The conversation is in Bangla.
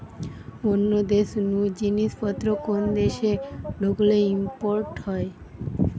অন্য দেশ নু জিনিস পত্র কোন দেশে ঢুকলে ইম্পোর্ট হয়